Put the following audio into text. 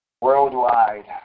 worldwide